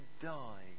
die